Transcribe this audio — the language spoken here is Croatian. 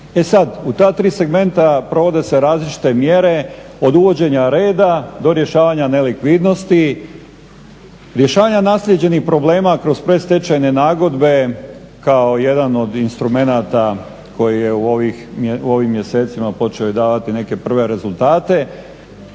E sad, u ta tri segmenta provode se različite mjere od uvođenja reda do rješavanja nelikvidnosti, rješavanja naslijeđenih problema kroz predstečajne nagodbe kao jedan od instrumenata koji je u ovim mjesecima počeo je davati neke prve rezultate.